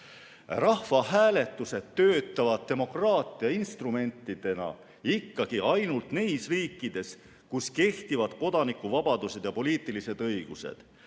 Rahvahääletused töötavad demokraatia instrumentidena ikkagi ainult neis riikides, kus kehtivad kodanikuvabadused ja poliitilised õigused.